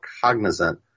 cognizant